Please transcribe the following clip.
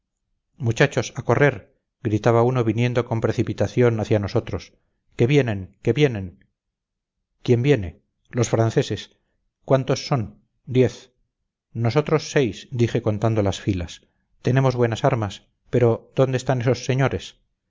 muchachos a correr gritaba uno viniendo con precipitación hacia nosotros que vienen que vienen quién viene los franceses cuántos son diez nosotros seis dije contando las filas tenemos buenas armas pero dónde están esos señores